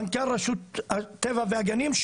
מנכ"ל רשות הטבע והגנים,